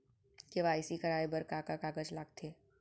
KYC कराये बर का का कागज लागथे?